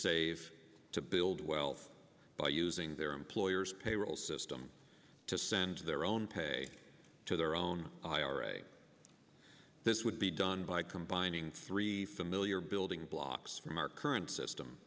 save to build wealth by using their employer's payroll system to send their own pay to their own ira this would be done by combining three familiar building blocks from our current system